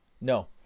No